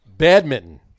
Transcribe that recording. Badminton